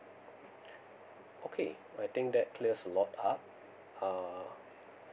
okay I think that clears a lot ah uh